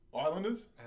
Islanders